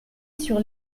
sur